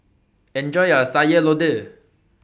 Enjoy your Sayur Lodeh